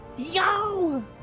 Yo